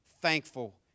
thankful